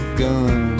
gun